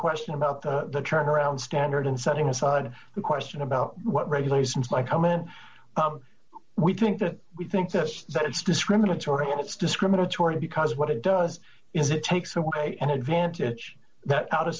question about the turnaround standard and setting aside the question about what regulations might come in we think that we think that it's discriminatory and it's discriminatory because what it does is it takes away an advantage that out of